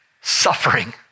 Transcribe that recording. suffering